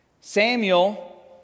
Samuel